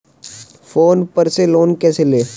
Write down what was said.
Phone पर से loan कैसे लें?